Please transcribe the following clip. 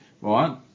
right